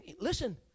Listen